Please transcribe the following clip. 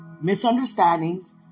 misunderstandings